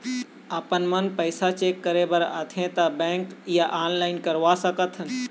आपमन पैसा चेक करे बार आथे ता बैंक या ऑनलाइन करवा सकत?